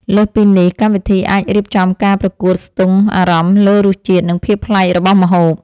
លើសពីនេះ កម្មវិធីអាចរៀបចំការប្រកួតស្ទង់អារម្មណ៍លើរសជាតិ និងភាពប្លែករបស់ម្ហូប